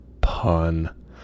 Pun